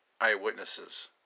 eyewitnesses